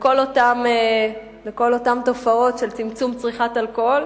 לכל אותן תופעות ותביא לצמצום צריכת האלכוהול.